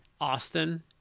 Austin